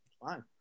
Fine